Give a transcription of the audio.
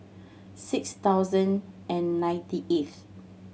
six thousand and ninety eighth